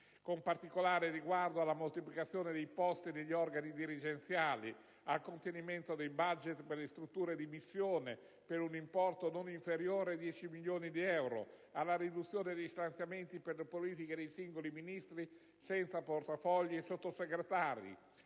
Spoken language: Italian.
con particolare riguardo alla moltiplicazione dei posti negli organici dirigenziali, al contenimento dei *budget* per le strutture di missione per un importo non inferiore a 10 milioni di euro, alla riduzione degli stanziamenti per le politiche dei singoli Ministri senza portafoglio e Sottosegretari;